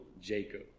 Jacob